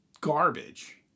garbage